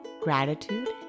Gratitude